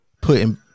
putting